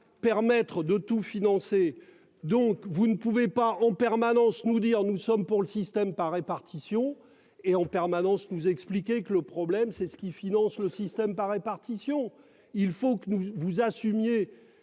permettre de tout financer, donc vous ne pouvez pas en permanence nous dire, nous sommes pour le système par répartition et en permanence nous a expliqué que le problème c'est ce qui finance le système par répartition, il faut que nous vous assumiez